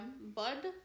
bud